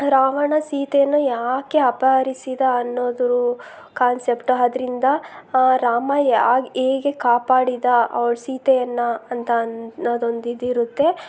ರಾವಣ ಸೀತೆಯನ್ನು ಯಾಕೆ ಅಪಹರಿಸಿದ ಅನ್ನೋದ್ರ ಕಾನ್ಸೆಪ್ಟು ಅದ್ರಿಂದ ರಾಮ ಯಾಗ್ ಹೇಗೆ ಕಾಪಾಡಿದ ಅವ್ಳು ಸೀತೆಯನ್ನು ಅಂತ ಅನ್ನೋದು ಒಂದು ಇದಿರುತ್ತೆ